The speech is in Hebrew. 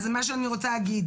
אז מה שאני רוצה להגיד